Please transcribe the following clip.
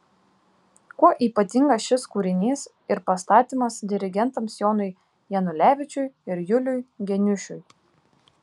kuo ypatingas šis kūrinys ir pastatymas dirigentams jonui janulevičiui ir juliui geniušui